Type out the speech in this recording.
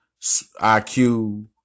IQ